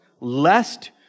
lest